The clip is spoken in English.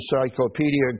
Encyclopedia